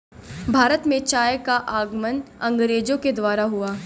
भारत में चाय का आगमन अंग्रेजो के द्वारा हुआ